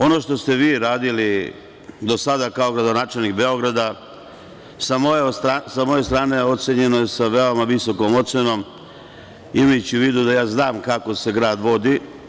Ono što ste vi radili do sada kao gradonačelnik Beograda sa moje strane ocenjeno je sa veoma visokom ocenom, imajući u vidu da ja znam kako se grad vodi.